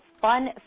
fun